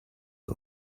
you